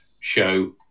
show